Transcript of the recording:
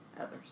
others